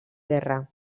guerra